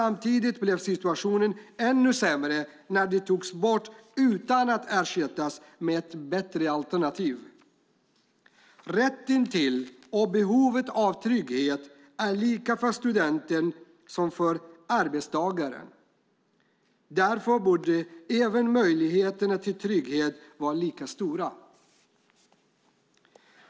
Men situationen blev ännu sämre när det togs bort utan att ersättas med ett bättre alternativ. Rätten till och behovet av trygghet är lika för studenter som för arbetstagare. Därför borde också möjligheterna till trygghet vara lika stora.